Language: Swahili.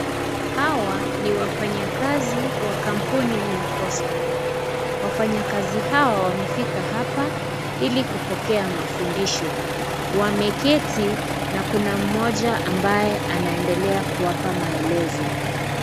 Hawa ni wafanya kazi wa kampuni ya posta, wafanya kazi hawa wamefika hapa ili kupokea mafundisho. Wameketi na kuna mmoja ambaye anaendelea kuwapa maelezo.